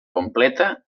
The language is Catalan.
completa